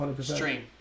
stream